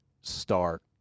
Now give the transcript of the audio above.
start